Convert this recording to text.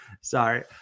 sorry